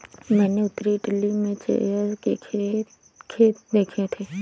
मैंने उत्तरी इटली में चेयल के खेत देखे थे